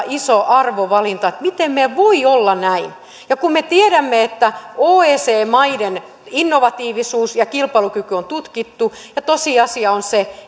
iso arvovalinta miten meillä voi olla näin kun me tiedämme että oecd maiden innovatiivisuus ja kilpailukyky on tutkittu ja tosiasia on se